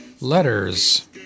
Letters